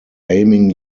aiming